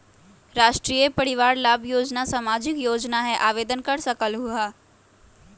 राष्ट्रीय परिवार लाभ योजना सामाजिक योजना है आवेदन कर सकलहु?